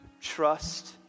Trust